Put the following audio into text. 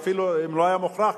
אם לא היה מוכרח,